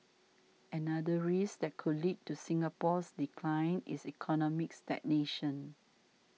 another risk that could lead to Singapore's decline is economic stagnation